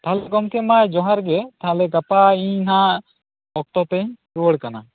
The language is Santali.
ᱛᱟᱦᱚᱞᱮ ᱜᱚᱢᱠᱮ ᱢᱟ ᱡᱚᱦᱟᱨ ᱜᱮ ᱛᱟᱦᱚᱞᱮ ᱜᱟᱯᱟ ᱤᱧ ᱱᱷᱟᱜ ᱚᱠᱛᱚ ᱛᱮᱧ ᱨᱩᱣᱟᱹᱲ ᱠᱟᱱᱟ